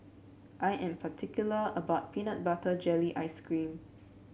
I am particular about Peanut Butter Jelly Ice cream